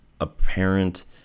apparent